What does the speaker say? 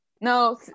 No